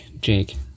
Jake